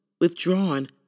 withdrawn